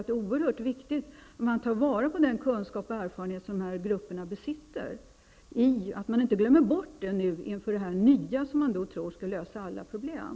Det är oerhört viktigt att man tar vara på den kunskap och erfarenhet som dessa grupper besitter, att man inte glömmer bort dem inför det nya som man tror skall lösa alla problem.